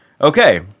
Okay